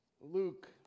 Luke